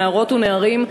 נערות ונערים,